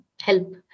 help